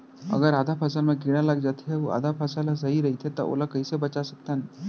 अगर आधा फसल म कीड़ा लग जाथे अऊ आधा फसल ह सही रइथे त ओला कइसे बचा सकथन?